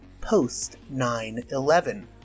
Post-9-11